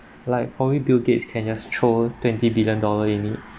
like only bill gates can just throw twenty billion dollar in it